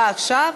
ועכשיו,